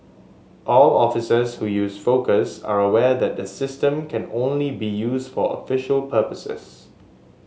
all officers who use Focus are aware that the system can only be used for official purposes